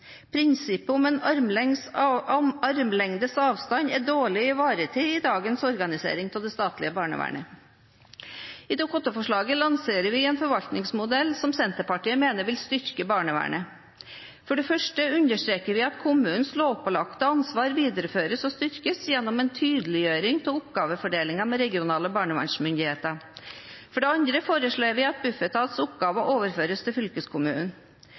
Prinsippet om «armlengdes avstand» er dårlig ivaretatt i dagens organisering av det statlige barnevernet. I Dokument 8-forslaget lanserer vi en forvaltningsmodell som Senterpartiet mener vil styrke barnevernet: For det første understreker vi at kommunenes lovpålagte ansvar videreføres og styrkes gjennom en tydeliggjøring av oppgavedelingen med regional barnevernsmyndighet. For det andre foreslår vi at Bufetats oppgaver overføres til fylkeskommunen.